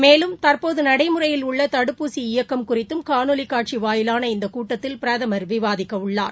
மேலும் தற்போதுநடைமுறையில் உள்ளதடுப்பூசி இயக்கம் குறித்தும் காணொலிகாட்சிவாயிவான இந்தகூட்டத்தில் பிரதமர் விவாதிக்கவுள்ளார்